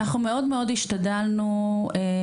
אנחנו מאוד מאוד השתדלנו לשמור,